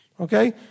Okay